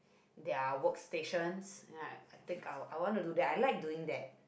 their work stations ya I think I I want to do that I like doing that